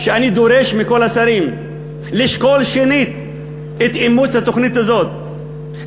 אני דורש מכל השרים לשקול שנית את אימוץ התוכנית הזאת,